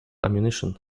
ammunition